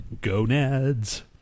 Gonads